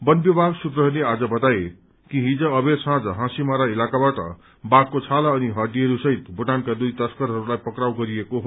वन विभाग सूत्रहरूले आज बताए कि हिज अबेर साँझ हाँसीमारा इलाकाबाट बाघको छाला अनि हड्डीहरूसित भूटानका दुइ तस्करहरूलाई पक्राउ गरिएको हो